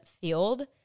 field